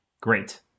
Great